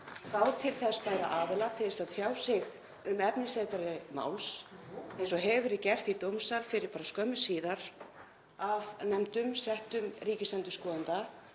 fá til þess bæra aðila til að tjá sig um efnisatriði máls eins og hefur verið gert í dómsal fyrir skömmu síðan af nefndum settum ríkisendurskoðanda.